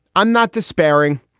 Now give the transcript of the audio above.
i'm not despairing.